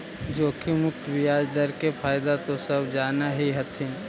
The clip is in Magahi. जोखिम मुक्त ब्याज दर के फयदा तो सब जान हीं हथिन